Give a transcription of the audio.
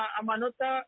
amanota